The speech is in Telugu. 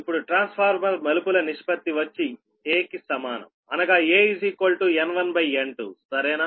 ఇప్పుడు ట్రాన్స్ఫార్మర్ మలుపుల నిష్పత్తి వచ్చి 'a' కి సమానం అనగా aN1N2సరేనా